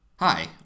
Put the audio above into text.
Hi